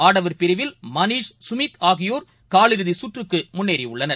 ஆடவர் பிரிவில் மனிஷ்சுமீத் ஆகியோர் காலிறுதிசுற்றுக்குமுன்னேறியுள்ளனர்